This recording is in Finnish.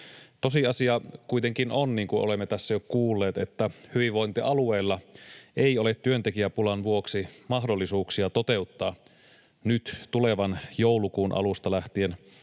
Tosiasia kuitenkin on, niin kuin olemme tässä jo kuulleet, että hyvinvointialueilla ei ole työntekijäpulan vuoksi mahdollisuuksia toteuttaa nyt tulevan joulukuun alusta lähtien